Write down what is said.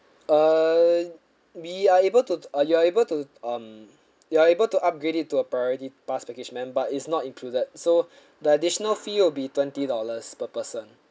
err we are able to uh you are able to um you are able to upgrade it to a priority pass package member it's not included so the additional fee will be twenty dollars per person